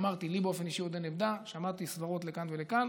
אמרתי, לי באופן אישי עוד אין עמדה.